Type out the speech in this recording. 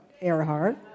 Earhart